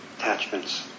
attachments